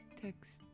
Text